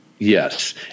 Yes